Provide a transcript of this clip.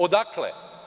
Odakle?